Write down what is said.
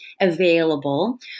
available